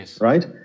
right